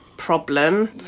problem